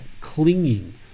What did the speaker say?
clinging